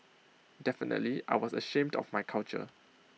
definitely I was ashamed of my culture